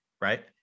Right